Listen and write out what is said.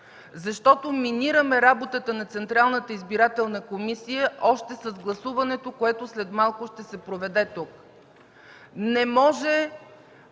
защото минираме работата на Централната избирателна комисия още с гласуването, което след малко ще се проведе тук.